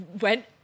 went